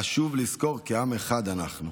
חשוב לזכור כי עם אחד אנחנו.